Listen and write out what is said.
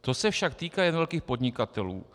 To se však týká jen velkých podnikatelů.